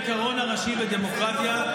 זה העיקרון הראשי בדמוקרטיה,